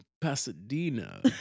Pasadena